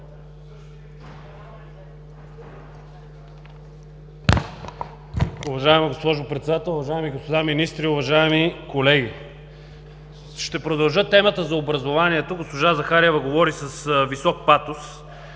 Уважаема госпожо Председател, уважаеми господа министри, уважаеми колеги! Ще продължа темата за образованието – госпожа Захариева говори с висок патос,